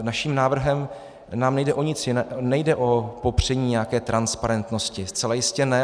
Naším návrhem nejde o popření nějaké transparentnosti, zcela jistě ne.